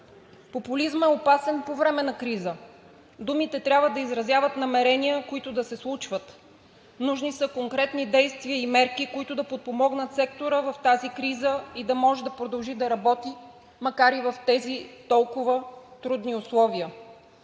Популизмът е опасен по време на криза, думите трябва да изразяват намерения, които да се случват. Нужни са конкретни действия и мерки, които да подпомогнат сектора в тази криза, за да може да продължи да работи, макар и в тези толкова трудни условия.